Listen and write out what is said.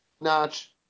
notch